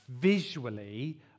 visually